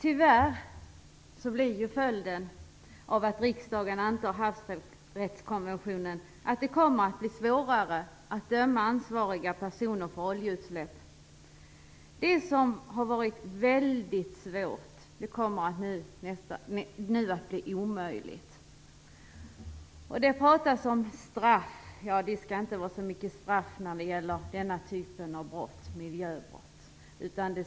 Herr talman! Följden av att riksdagen antar havsrättskonventionen är, tyvärr, att det blir svårare att döma personer som ansvariga för oljeutsläpp. Det som har varit väldigt svårt blir nu omöjligt. Det talas om straff, men det skall ju inte vara så stränga straff när det gäller miljöbrott. I stället skall avgifter tas ut.